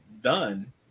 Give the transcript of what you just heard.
done